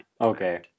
Okay